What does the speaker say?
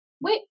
wait